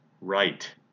Right